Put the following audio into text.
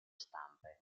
stampe